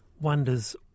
wonders –